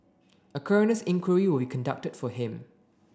a coroner's inquiry will be conducted for him